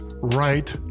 right